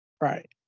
Right